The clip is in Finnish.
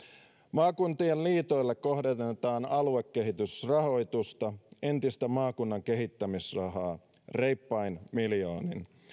maakuntien liitoille kohdennetaan aluekehitysrahoitusta entistä maakunnan kehittämisrahaa reippain miljoonin